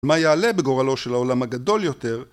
מה יעלה בגורלו של העולם הגדול יותר?